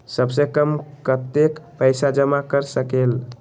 सबसे कम कतेक पैसा जमा कर सकेल?